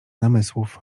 namysłów